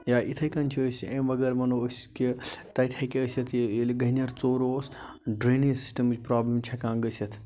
یا یِتھَے کٔنۍ چھُ أسۍ اَمہِ بغٲر وَنو أسۍ کہِ تَتہِ ہیٚکہِ ٲسِتھ یہِ ییٚلہِ گنٮ۪ر ژوٚر اوس ڈرنیج سِسٹمٕچ پرٛابلِم چھِ ہٮ۪کان گٔژھِتھ